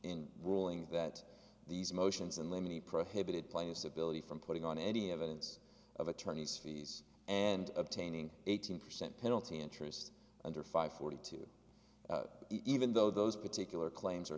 in ruling that these motions in limine prohibited plaintiff's ability from putting on any evidence of attorneys fees and obtaining eighteen percent penalty interest under five forty two even though those particular claims are